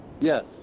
Yes